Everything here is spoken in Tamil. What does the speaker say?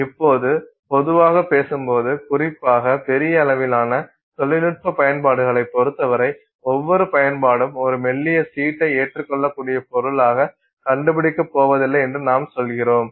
இப்போது பொதுவாகப் பேசும்போது குறிப்பாக பெரிய அளவிலான தொழில்நுட்ப பயன்பாடுகளைப் பொறுத்தவரை ஒவ்வொரு பயன்பாடும் ஒரு மெல்லிய சீட்டை ஏற்றுக்கொள்ளக்கூடிய பொருளாகக் கண்டுபிடிக்கப் போவதில்லை என்று நாம் சொல்கிறோம்